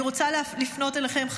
אני רוצה לפנות אליכם,